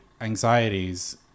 anxieties